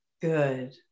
Good